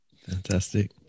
fantastic